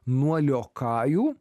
nuo liokajų